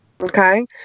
Okay